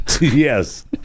yes